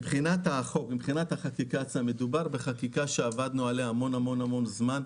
מבחינת החקיקה מדובר בחקיקה שעבדנו עליה המון זמן.